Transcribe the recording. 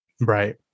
Right